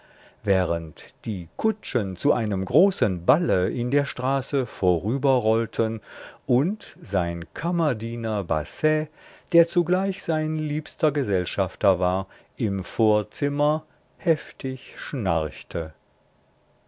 während die kutschen zu einem großen balle in der straße vorüber rollten und sein kammerdiener basset der zugleich sein liebster gesellschafter war im vorzimmer heftig schnarchte